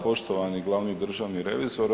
Poštovani glavni državni revizore.